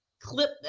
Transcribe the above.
clip